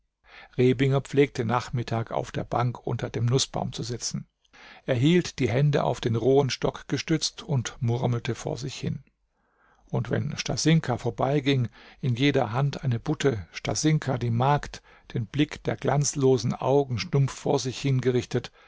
rebinger pflegte nachmittag auf der bank unter dem nußbaum zu sitzen er hielt die hände auf den rohen stock gestützt und murmelte vor sich hin und wenn stasinka vorbeiging in jeder hand eine butte stasinka die magd den blick der glanzlosen augen stumpf vor sich hingerichtet